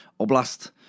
Oblast